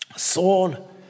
Saul